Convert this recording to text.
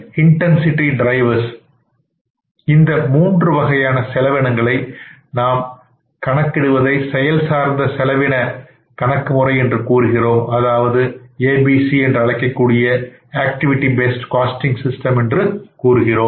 இம்மூன்று வகையான செலவினங்களை நாம் கணக்கிடுவதை செயல் சார்ந்த செலவின கணக்கு முறை என்று கூறுகின்றோம்